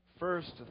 First